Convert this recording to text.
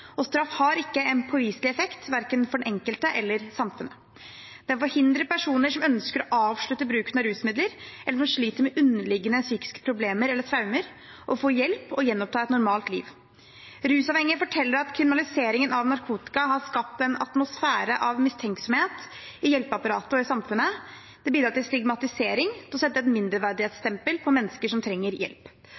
Straff har ikke en påviselig effekt, verken for den enkelte eller for samfunnet. Den forhindrer personer som ønsker å avslutte bruken av rusmidler, men som sliter med underliggende psykiske problemer eller traumer, fra å få hjelp og gjenoppta et normalt liv. Rusavhengige forteller at kriminaliseringen av narkotika har skapt en atmosfære av mistenksomhet i hjelpeapparatet og i samfunnet. Det bidrar til stigmatisering og til å sette et mindreverdighetsstempel på mennesker som trenger hjelp.